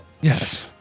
Yes